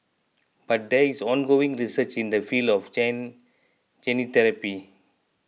but there is ongoing research in the field of gene gene therapy